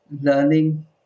learning